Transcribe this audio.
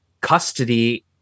custody